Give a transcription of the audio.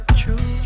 true